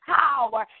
power